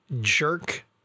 jerk